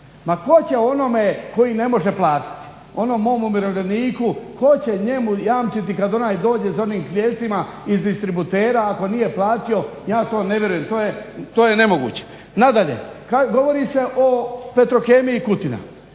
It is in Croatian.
Ma ko će onome koji ne može platiti, onom mom umirovljeniku, ko će njemu jamčiti kad onaj dođe s onim klještima iz distributera ako nije platio, ja to ne vjerujem, to je nemoguće. Nadalje, govori se o Petrokemiji Kutina,